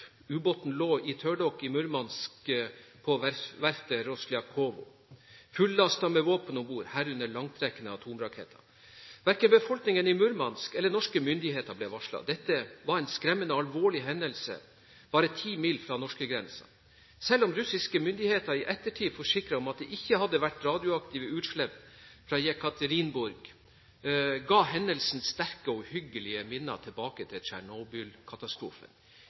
lå i tørrdokk i Murmansk på verftet Rosljakov, fullastet med våpen om bord, herunder langtrekkende atomraketter. Verken befolkningen i Murmansk eller norske myndigheter ble varslet. Dette var en skremmende og alvorlig hendelse bare 10 mil fra norskegrensa. Selv om russiske myndigheter i ettertid forsikret om at det ikke hadde vært radioaktive utslipp fra «Jekaterinburg», ga hendelsene sterke og uhyggelige minner tilbake til